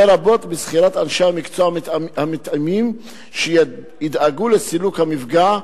לרבות בשכירת אנשי המקצוע המתאימים שידאגו לסילוק המפגע,